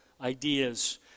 ideas